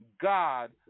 God